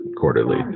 quarterly